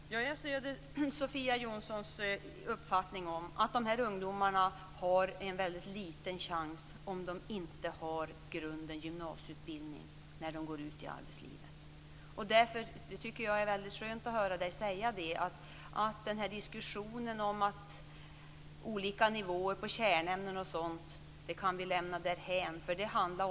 Herr talman! Jag stöder Sofia Jonssons uppfattning om att dessa ungdomar har en väldigt liten chans om de inte har gymnasieutbildning som grund när de går ut i arbetslivet. Det tycker jag är väldigt skönt att höra henne säga. Vi kan lämna diskussionen om olika nivåer på kärnämnen därhän.